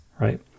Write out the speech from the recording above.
right